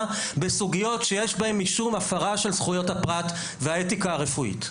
בסוגיות שיש בהם אישור והפרה של זכויות הפרט והאתיקה הרפואית.